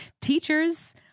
Teachers